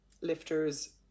lifters